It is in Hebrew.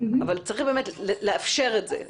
אבל צריך באמת לאפשר את זה.